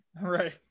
Right